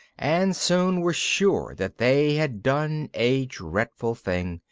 and soon were sure that they had done a dreadful thing,